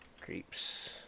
creeps